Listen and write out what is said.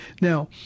Now